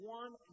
one